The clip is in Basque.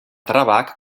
trabak